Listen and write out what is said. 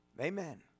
Amen